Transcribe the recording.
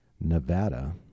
Nevada